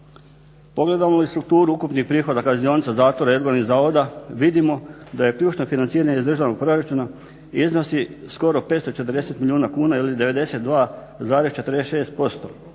Pogledamo li strukturu ukupnih prihoda kaznionica, zatvora i odgojnih zavoda vidimo da je ključno financiranje iz državnog proračuna iznosi skoro 540 milijuna kuna ili 92,46%.